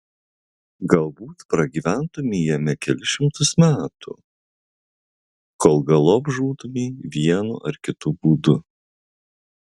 galbūt pragyventumei jame kelis šimtus metų kol galop žūtumei vienu ar kitu būdu